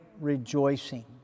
rejoicing